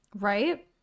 right